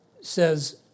says